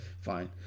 fine